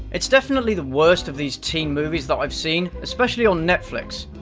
it's definitely the worst of these teen movies that i've seen, especially on netflix,